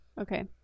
Okay